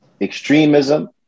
extremism